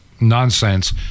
nonsense